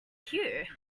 cue